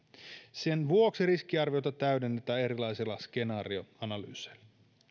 sen vuoksi riskiarviota täydennetään erilaisilla skenaarioanalyyseilla